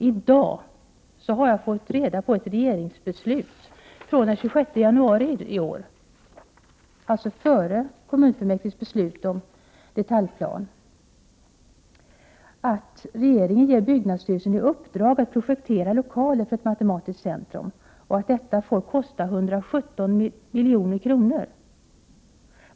I dag har jag fått reda på ett regeringsbeslut från den 26 januari i år, alltså före kommunfullmäktiges beslut om detaljplan, där regeringen ger byggnadsstyrelsen i uppdrag att projektera lokaler för ett matematiskt centrum och säger att detta får kosta 117 miljoner.